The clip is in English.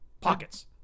pockets